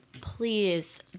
please